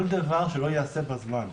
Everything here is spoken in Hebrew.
כל דבר שלא ייעשה בזמן,